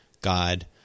God